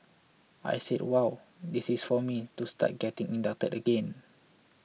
I said wow this is for me to start getting inducted again